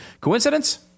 coincidence